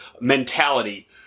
mentality